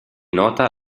nota